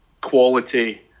quality